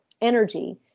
energy